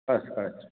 ಕಳಿಸ್ರೀ ಕಳಿಸ್ರೀ